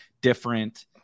different